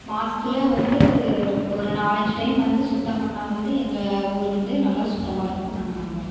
மாசத்தில் வந்து ஒரு நாலஞ்சு டைம் சுத்தம் பண்ணிணா வந்து எங்கள் ஊர் வந்து நல்லா சுத்தமாக இருக்குதுன்னு நாங்கள் நம்புகிறோம்